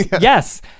Yes